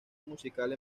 musical